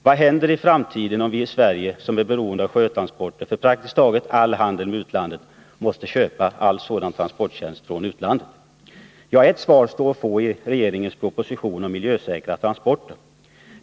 Vad händer i framtiden om vi i Sverige, som är beroende av sjötransporter för praktiskt taget all handel med utlandet, måste köpa alla sådana transporttjänster från utlandet? Ja, ett svar står att få i regeringens proposition om miljösäkra sjötransporter.